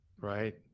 Right